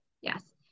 Yes